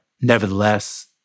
nevertheless